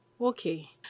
Okay